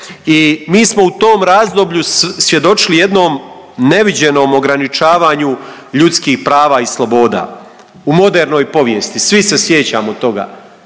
i mi smo u tom razdoblju svjedočili jednom neviđenom ograničavanju ljudskih prava i sloboda u modernoj povijesti, svi se sjećamo toga.